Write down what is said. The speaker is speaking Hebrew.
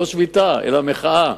לא שביתה אלא מחאה,